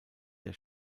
der